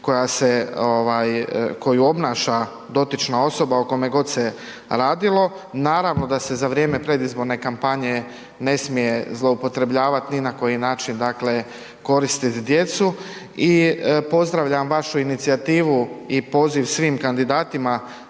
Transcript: koju obnaša dotična osoba o kome god se radilo, naravno, da se za vrijeme predizborne kampanje ne smije zloupotrebljavat ni na koji način, dakle, koristit djecu i pozdravljam vašu inicijativu i poziv svim kandidatima